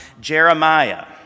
Jeremiah